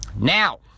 Now